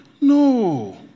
no